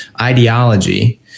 ideology